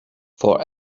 for